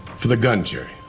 for the gunja.